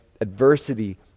adversity